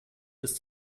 ist